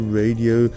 radio